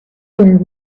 were